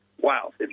Wow